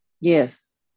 Yes